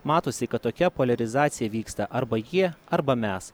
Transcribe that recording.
matosi kad tokia poliarizacija vyksta arba jie arba mes